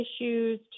issues